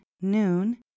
noon